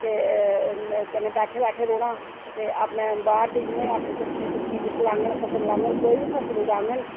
ते कन्नै बैठे बैठे रौह्ना ते अपने बाह्र दिखङन अपने सब्जी सुब्जी किश लाङन फसल लाङन कोई बी फसल उगाङन